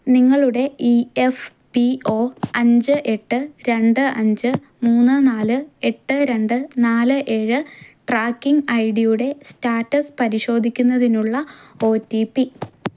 നിങ്ങളുടെ E F P O അഞ്ച് എട്ട് രണ്ട് അഞ്ച് മൂന്ന് നാല് എട്ട് രണ്ട് നാല് ഏഴ് ട്രാക്കിംഗ് ഐ ഡിയുടെ സ്റ്റാറ്റസ് പരിശോധിക്കുന്നതിനുള്ള ഒ ടി പി